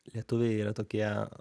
lietuviai yra tokie